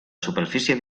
superfície